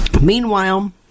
Meanwhile